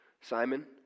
simon